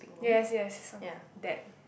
yes yes some that